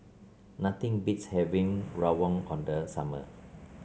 nothing beats having rawon the summer